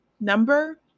number